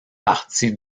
partie